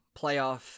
playoff